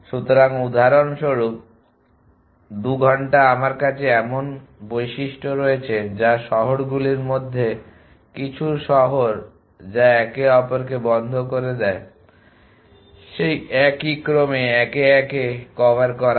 সুতরাং উদাহরণস্বরূপ 2 ঘন্টা আমার কাছে এমন বৈশিষ্ট্য রয়েছে যে শহরগুলির মধ্যে কিছু শহর যা একে অপরকে বন্ধ করে দেয় সেই একই ক্রমে একে একে কভার করা হয়